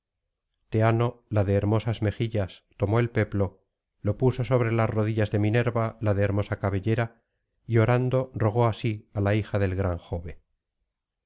teano la de hermosas mejillas tomó el peplo lo puso sobre las rodillas de minerva la de hermosa cabellera y orando rogó así á la hija del gran jove